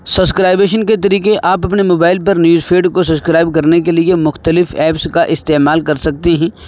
subscription کے طریقے آپ اپنے موبائل پر نیوز فیڈ کو سسکرائب کرنے کے لیے مختلف ایپس کا استعمال کر سکتے ہیں